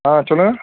ஆ சொல்லுங்க